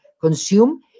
consume